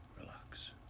Relax